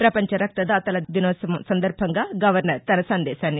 పపంచ రక్తదాన దినోత్సవం సందర్భంగా గవర్నర్ తన సందేశానిచ్చారు